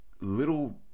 little